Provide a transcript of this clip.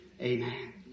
Amen